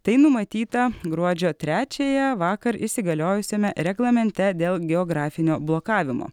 tai numatyta gruodžio trečiąją vakar įsigaliojusiame reglamente dėl geografinio blokavimo